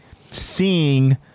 seeing